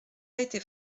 était